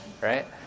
right